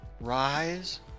rise